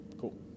Cool